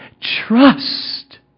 Trust